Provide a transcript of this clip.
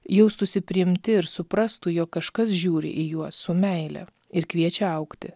jaustųsi priimti ir suprastų jog kažkas žiūri į juos su meile ir kviečia augti